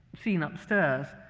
seen upstairs,